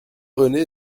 rené